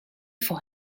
for